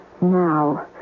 now